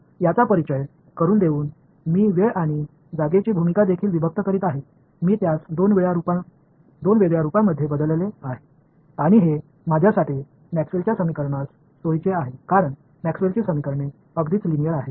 याचा परिचय करून देऊन मी वेळ आणि जागेची भूमिका देखील विभक्त करीत आहे मी त्यास दोन वेगळ्या रूपांमध्ये बदलले आहे आणि हे माझ्यासाठी मॅक्सवेलच्या समीकरणास सोयीचे आहे कारण मॅक्सवेलची समीकरणे अगदीच लिनिअर आहेत